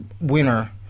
winner